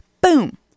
Boom